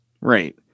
Right